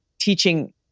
teaching